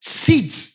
seeds